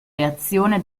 reazione